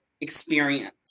experience